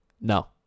no